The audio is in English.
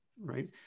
right